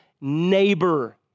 neighbor